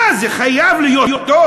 מה, זה חייב להיות טוב?